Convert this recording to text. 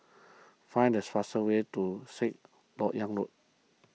find the fastest way to Sixth Lok Yang Road